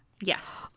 Yes